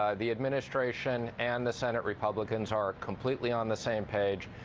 ah the administration and the senate republicans are completely on the same page.